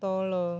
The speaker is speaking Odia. ତଳ